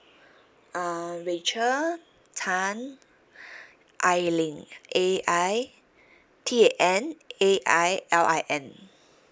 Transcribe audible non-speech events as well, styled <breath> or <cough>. <breath> uh rachel tan <breath> ai lin A I <breath> T A N A I L I N <breath>